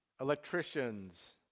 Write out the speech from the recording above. Electricians